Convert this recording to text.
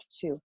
two